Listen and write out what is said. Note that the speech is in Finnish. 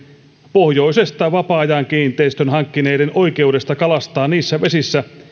pohjoisesta vapaa ajan kiinteistön hankkineiden oikeudesta kalastaa niissä vesissä